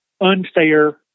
unfair